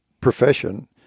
profession